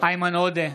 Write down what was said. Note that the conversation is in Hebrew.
איימן עודה,